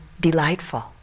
delightful